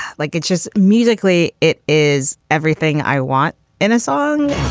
like it's just musically. it is everything i want in a song